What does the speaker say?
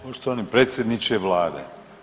Poštovani predsjedniče vlade.